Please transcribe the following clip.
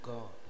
God